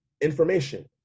information